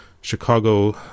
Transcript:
Chicago